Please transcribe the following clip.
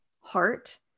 heart